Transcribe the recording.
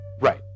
Right